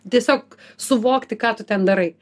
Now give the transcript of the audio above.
tiesiog suvokti ką tu ten darai